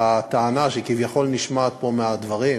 הטענה שכביכול נשמעת פה מהדברים,